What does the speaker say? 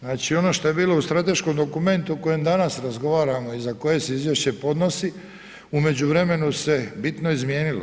Znači, ono što je bilo u strateškom dokumentu o kojem danas razgovaramo i za koje se izvješće podnosi, u međuvremenu se bitno izmijenilo.